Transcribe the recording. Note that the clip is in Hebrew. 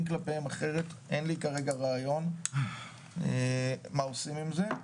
כלפיהם אחרת --- אין לי כרגע רעיון מה עושים את זה.